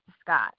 Scott